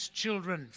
children